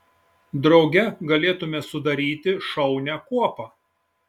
drauge galėtumėme sudaryti šaunią kuopą